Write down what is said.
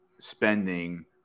spending